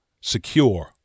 secure